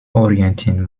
oriented